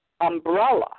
umbrella